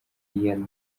iyi